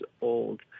old